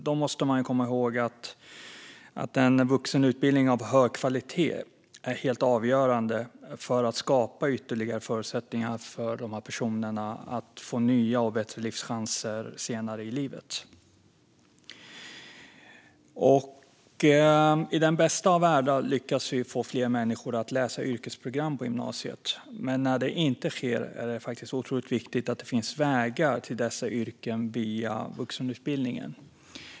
Därför är en vuxenutbildning av hög kvalitet helt avgörande för att skapa ytterligare förutsättningar för de här personerna att få nya och bättre livschanser senare i livet. I den bästa av världar lyckas vi få fler människor att läsa yrkesprogram på gymnasiet. Men när det inte sker är det otroligt viktigt att det finns vägar till dessa yrken via vuxenutbildningen.